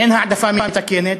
אין העדפה מתקנת.